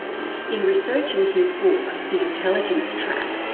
in researching his book, the intelligence trap,